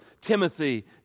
Timothy